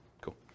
Cool